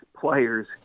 players